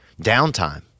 downtime